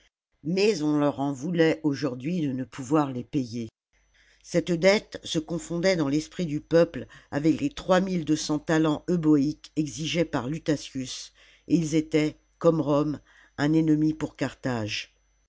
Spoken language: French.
mais on leur en voulait aujourd'hui de ne pouvoir les payer cette dette se confondait dans l'esprit du peuple avec les trois mille deux cents talents euboïques exigés par lutatius et ils étaient comme rome un ennemi pour carthage